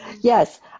Yes